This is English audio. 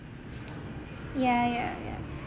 ya ya ya